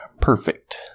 perfect